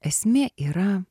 esmė yra